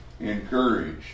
encourage